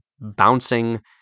bouncing